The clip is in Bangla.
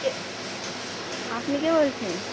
কে আপনি কে বলছেন